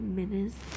minutes